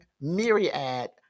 myriad